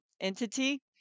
entity